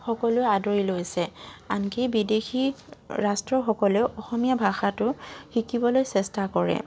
সকলোৱে আদৰি লৈছে আনকি বিদেশী ৰাষ্ট্ৰসকলেও অসমীয়া ভাষাটো শিকিবলৈ চেষ্টা কৰে